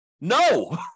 No